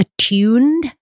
attuned